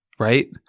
right